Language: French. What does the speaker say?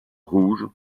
rouge